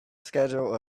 schedule